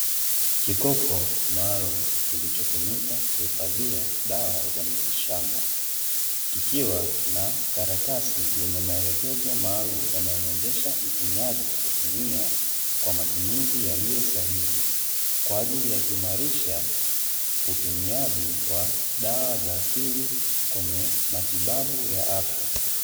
kikopo maalum kilichotumika kuhifadhi dawa za mitiishamba, kikiwa na karatasi yenye maelekezo maalumu, yanayomuwezesha mtumiaji kutumi akwa matumizi yaliyo sahihi, kwa ajili ya kuimarisha utumiaji wa dawa za asili kwaajili ya matibabu ya afya.